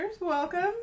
Welcome